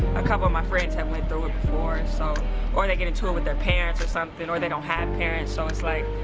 a couple of my friends have went through it before and so or they get into it with their parents or something or they don't have parents. so it's like,